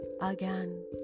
again